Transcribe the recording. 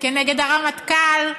נגד הרמטכ"ל,